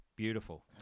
Beautiful